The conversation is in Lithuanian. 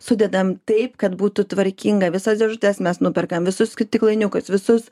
sudedam taip kad būtų tvarkinga visas dėžutes mes nuperkam visus stiklainiukus visus